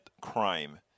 crime